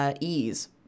ease